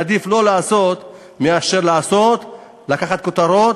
עדיף לא לעשות מאשר לעשות, לתת כותרות